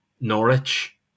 Norwich